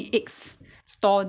tau pok 不用